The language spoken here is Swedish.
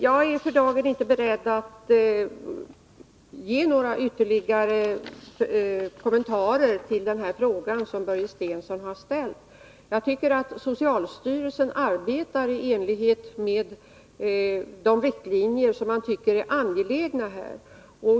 Jag är för dagen inte beredd att ge några ytterligare kommentarer till den fråga som Börje Stensson har ställt. Socialstyrelsen arbetar i enlighet med de riktlinjer som man där tycker är angelägna.